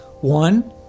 One